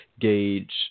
gauge